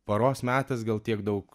paros metas gal tiek daug